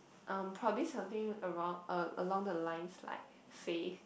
um probably something around uh along the lines like Faith